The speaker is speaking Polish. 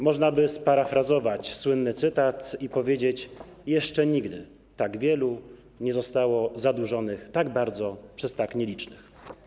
Można by sparafrazować słynny cytat i powiedzieć: Jeszcze nigdy tak wielu nie zostało zadłużonych tak bardzo przez tak nielicznych.